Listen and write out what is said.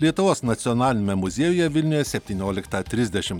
lietuvos nacionaliniame muziejuje vilniuje septynioliktą trisdešim